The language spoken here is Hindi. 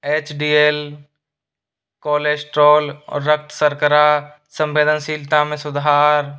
एच डी एल कोलेष्ट्रोल रक्त सर्करा संवेदनशीलता में सुधार